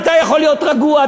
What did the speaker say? אתה יכול להיות רגוע,